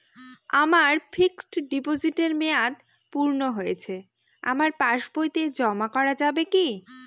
আমার ফিক্সট ডিপোজিটের মেয়াদ পূর্ণ হয়েছে আমার পাস বইতে জমা করা যাবে কি?